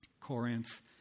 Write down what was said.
Corinth